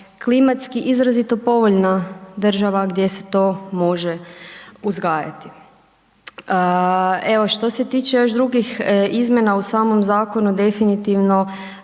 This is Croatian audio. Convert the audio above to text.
klimatski izrazito povoljna država gdje se to može uzgajati. Evo, što se tiče još drugih izmjena u samom zakonu definitivno